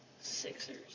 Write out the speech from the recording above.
Sixers